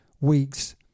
weeks